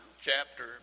chapter